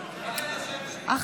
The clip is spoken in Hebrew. התשפ"ד 2024,